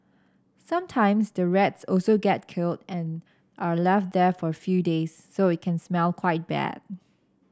sometimes the rats also get killed and are left there for a few days so it can smell quite bad